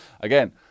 again